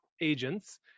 agents